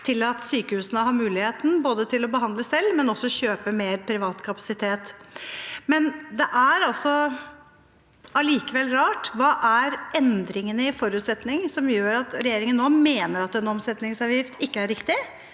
sykehusene har muligheten til både å behandle selv og kjøpe mer privat kapasitet. Det er allikevel rart. Hva er endringene i forutsetninger som gjør at regjeringen nå mener at en omsetningsavgift ikke er riktig,